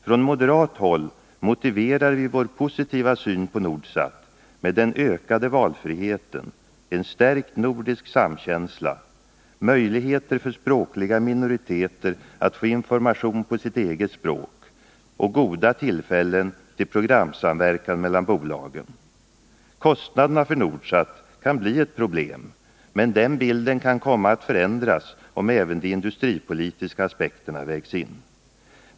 Från moderat håll 39 motiverar vi vår positiva syn på Nordsat med den ökade valfriheten, en stärkt nordisk samkänsla, möjligheter för språkliga minoriteter att få information på sitt eget språk och goda tillfällen till programsamverkan mellan bolagen. Kostnaderna för Nordsat kan bli ett problem, men den bilden kan komma att förändras om även de industripolitiska aspekterna vägs in.